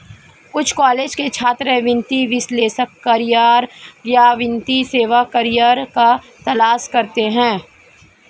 कुछ कॉलेज के छात्र वित्तीय विश्लेषक करियर या वित्तीय सेवा करियर की तलाश करते है